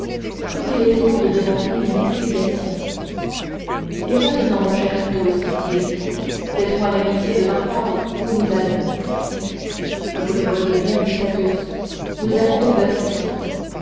crut qu'il était temps de demander une explication et maintenant mon cher athos dit-il faites-moi l'amitié de m'apprendre où nous allons vous le voyez bien dit athos nous allons au bastion